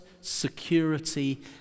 security